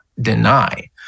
deny